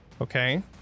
Okay